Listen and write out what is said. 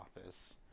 office